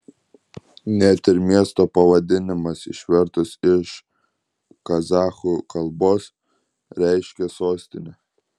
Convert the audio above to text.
net ir miesto pavadinimas išvertus iš kazachų kalbos reiškia sostinę